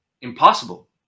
impossible